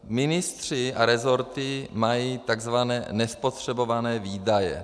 Ministři a rezorty mají tzv. nespotřebované výdaje.